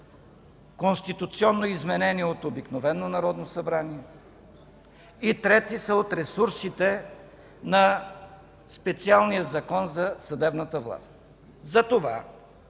конституционно изменение от обикновено Народно събрание, и трети са от ресурсите на специалния Закон за съдебната власт. Затова